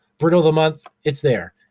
brittle of the month, it's there,